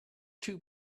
two